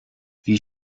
bhí